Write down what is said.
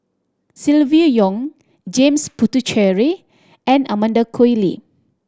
Silvia Yong James Puthucheary and Amanda Koe Lee